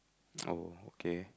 oh okay